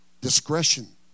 Discretion